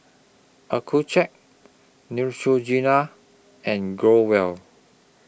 Accucheck Neutrogena and Growell